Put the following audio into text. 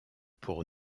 pour